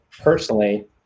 personally